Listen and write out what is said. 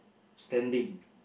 standing